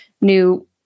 new